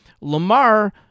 Lamar